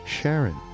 Sharon